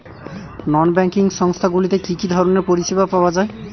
নন banking সংস্থা গুলিতে কি কি ধরনের পরিসেবা পাওয়া য়ায়?